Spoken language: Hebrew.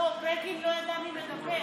לא, בגין לא ידע מי מדבר.